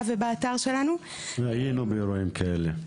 ובאתר שלנו --- היינו באירועים כאלה.